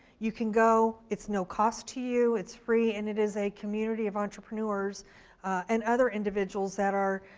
you can go, it's no cost to you, it's free, and it is a community of entrepreneurs and other individuals that are